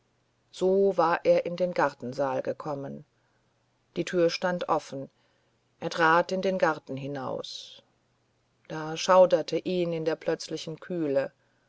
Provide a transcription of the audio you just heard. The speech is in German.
so war er in den gartensaal gekommen die tür stand offen er trat in den garten hinaus da schauerte ihn in der plötzlichen kühle